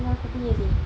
dengan aku punya seh